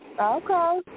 Okay